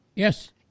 Yes